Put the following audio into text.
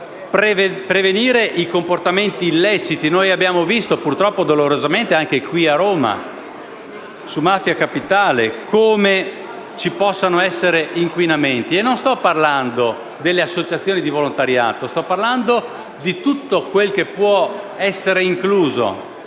prevenire i comportamenti illeciti: abbiamo visto purtroppo, dolorosamente, anche qui a Roma, nel caso di mafia capitale, come ci possano essere degli inquinamenti. Non sto parlando delle associazioni di volontariato, ma di tutto ciò che può essere incluso,